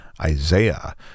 Isaiah